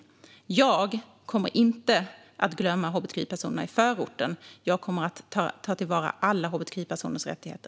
Jag kommer inte att glömma hbtqi-personerna i förorten. Jag kommer att ta till vara alla hbtqi-personers rättigheter.